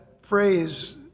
phrase